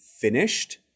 finished